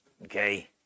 Okay